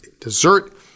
dessert